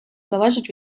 залежить